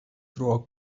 through